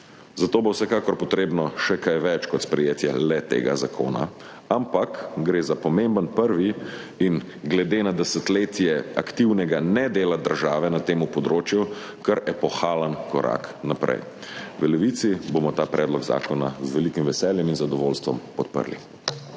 Za to bo vsekakor potrebno še kaj več kot le sprejetje tega zakona, ampak gre za pomemben prvi in glede na desetletje aktivnega nedela države na tem področju kar epohalen korak naprej. V Levici bomo ta predlog zakona z velikim veseljem in zadovoljstvom podprli.